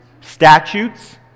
Statutes